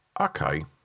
Okay